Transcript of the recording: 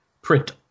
Print